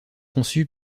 conçu